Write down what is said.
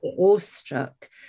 awestruck